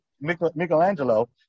Michelangelo